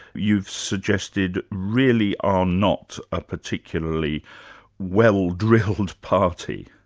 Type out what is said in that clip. you've suggested, really are not a particularly well-drilled party.